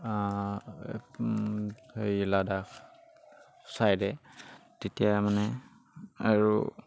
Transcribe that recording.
হেৰি লাডাখ ছাইডে তেতিয়া মানে আৰু